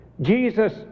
Jesus